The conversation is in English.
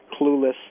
clueless